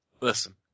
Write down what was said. Listen